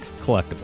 collectible